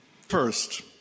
First